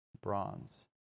bronze